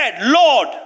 Lord